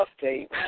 tape